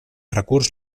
recurs